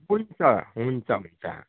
हुन्छ हुन्छ हुन्छ